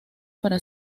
para